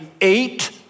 eight